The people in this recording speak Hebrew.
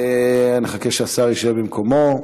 נחכה שהשר ישב במקומו.